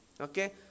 Okay